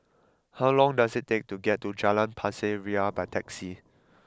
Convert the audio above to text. how long does it take to get to Jalan Pasir Ria by taxi